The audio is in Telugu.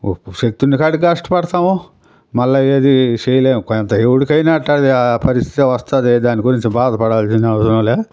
శక్తి ఉన్న కాడికి కష్ట పడతాము మళ్ళీ ఏది చేయలేము కాని దేవుడికైనా అట్టా ఆ పరిస్థితే వస్తుంది దాని గురించి బాధ పడాల్సిన అవసరం లేదు